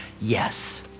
yes